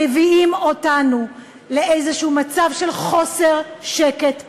מביאים אותנו לאיזשהו מצב של חוסר שקט רב.